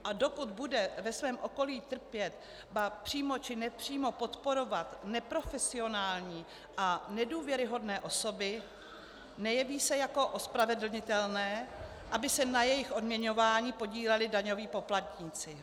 A dokud bude ve svém okolí trpět, ba přímo či nepřímo podporovat neprofesionální a nedůvěryhodné osoby, nejeví se jako ospravedlnitelné, aby se na jejich odměňování podíleli daňoví poplatníci.